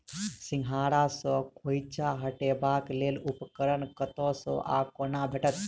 सिंघाड़ा सऽ खोइंचा हटेबाक लेल उपकरण कतह सऽ आ कोना भेटत?